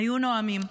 היו נואמים.